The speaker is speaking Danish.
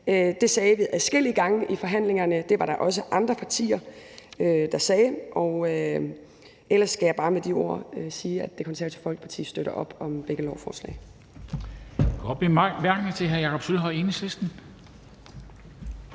Det sagde vi adskillige gange i forhandlingerne, og det var der også andre partier, der sagde. Ellers skal jeg bare med disse ord sige, at Det Konservative Folkeparti støtter op om begge lovforslag.